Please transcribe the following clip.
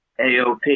AOP